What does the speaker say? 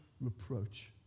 reproach